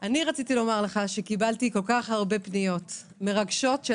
רציתי לומר לך שקיבלתי כל כך הרבה פניות מרגשות של